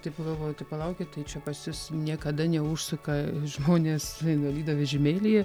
taip pagalvoju tai palaukit tai čia pas jus niekada neužsuka žmonės invalido vežimėlyje